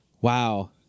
Wow